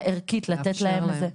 הערכית, לתת להם את זה?